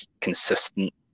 consistent